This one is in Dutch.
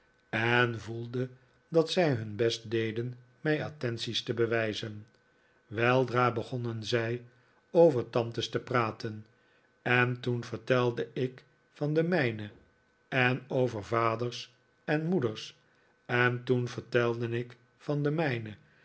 en voelde dat zij hun best deden mij attenties te bewijzen weldra begonnen zij over tantes te praten en toen vertelde ik van de mijne en over vaders en moeders en toen vertelde ik van de mijne